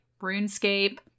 RuneScape